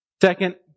Second